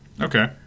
Okay